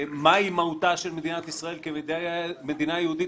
מהי מהותה של מדינת ישראל כמדינה יהודית